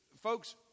Folks